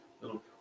little